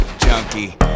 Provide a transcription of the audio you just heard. junkie